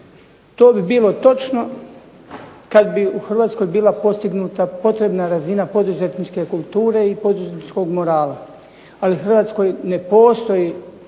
To bi bilo točno kada bi u Hrvatskoj bila postignuta potrebna razina poduzetničke kulture i poduzetničkog morala, ali Hrvatskoj ne postoji